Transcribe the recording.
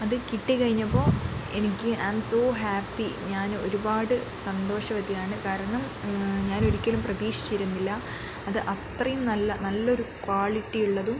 അത് കിട്ടി കഴിഞ്ഞപ്പോൾ എനിക്ക് ഐ ആം സോ ഹാപ്പി ഞാൻ ഒരുപാട് സന്തോഷവതിയാണ് കാരണം ഞാൻ ഒരിക്കലും പ്രതീക്ഷിച്ചിരുന്നില്ല അത് അത്രയും നല്ല നല്ലൊരു ക്വാളിറ്റിയുള്ളതും